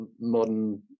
modern